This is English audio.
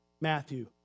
Matthew